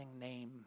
name